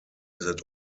that